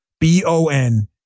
B-O-N